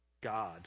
God